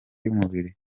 y’umubiri